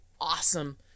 awesome